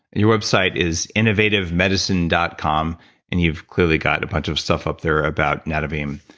your website is innovativemedicine dot com and you've clearly got a bunch of stuff up there about nadovim,